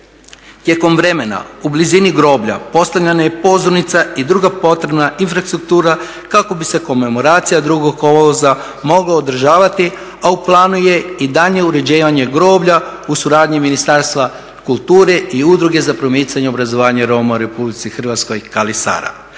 Tijekom vremena u blizini groblja postavljena je pozornica ii druga potrebna infrastruktura kako bi se komemoracija 2. kolovoza mogla održavati, a u planu je i daljnje uređivanje groblja u suradnji Ministarstva kulture i Udruge za promicanje obrazovanja Roma u Republici Hrvatskoj Kalisara.